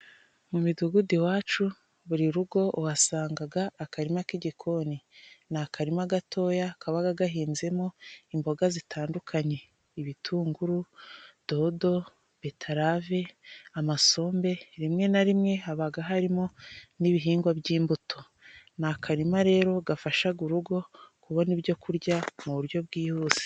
Mu midugudu iwacu buri rugo uhasangaga akarima k'igikoni ni akarima gatoya kabaga gahinzemo imboga zitandukanye: ibitunguru ,dodo, betarave ,amasombe, rimwe na rimwe habaga harimo n'ibihingwa by'imbuto. Ni akarima rero gafashaga urugo kubona ibyo kurya mu buryo bwihuse.